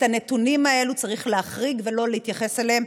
את הנתונים האלה צריך להחריג ולא להתייחס אליהם.